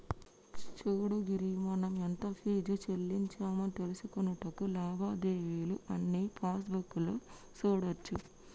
సూడు గిరి మనం ఎంత ఫీజు సెల్లించామో తెలుసుకొనుటకు లావాదేవీలు అన్నీ పాస్బుక్ లో సూడోచ్చు